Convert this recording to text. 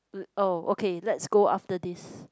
oh okay let's go after this